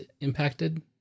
impacted